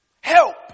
Help